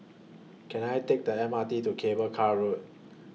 Can I Take The M R T to Cable Car Road